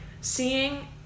seeing